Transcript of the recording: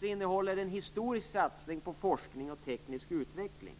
innebär energiuppgörelsen en historisk satsning på forskning och teknisk utveckling.